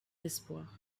d’espoir